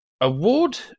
award